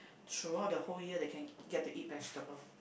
throughout the whole year they can get to eat vegetable